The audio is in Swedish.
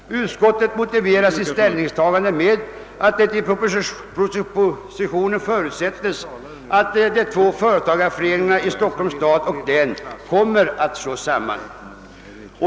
Utskottet har motiverat sitt ställningstagande med att det 1 propositionen förutsättes att de två företagareföreningarna i «Stockholms stad och Stockholms län kommer ati slås samman.